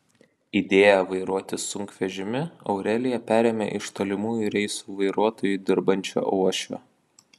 idėją vairuoti sunkvežimį aurelija perėmė iš tolimųjų reisų vairuotoju dirbančio uošvio